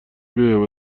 بیایند